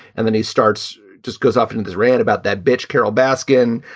and then he starts just goes off in and his rant about that bitch, carol baskin.